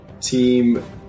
Team